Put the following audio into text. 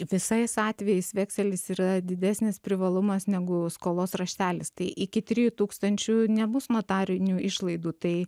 visais atvejais vekselis yra didesnis privalumas negu skolos raštelis tai iki trijų tūkstančių nebus notarinių išlaidų tai